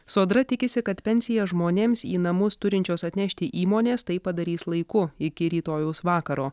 sodra tikisi kad pensiją žmonėms į namus turinčios atnešti įmonės tai padarys laiku iki rytojaus vakaro